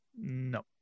No